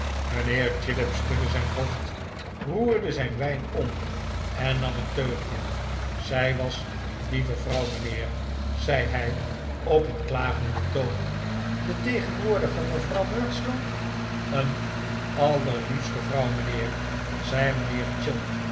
mijnheer chillip schudde zijn hoofd roerde zijn wijn om en nam een teugje zij was een lieve vrouw mijnheer zei hij op een klagenden toon de tegenwoordige mevrouw murdstone een allerliefste vrouw mijnheer zei mijnheer